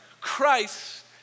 Christ